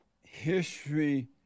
History